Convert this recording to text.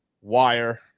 wire